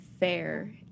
Fair